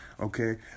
okay